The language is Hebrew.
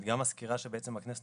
גם הסקירה שהכנסת